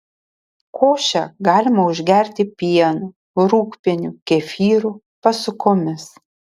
košę galima užgerti pienu rūgpieniu kefyru pasukomis